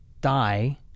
die